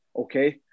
okay